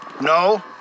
No